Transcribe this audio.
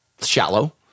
shallow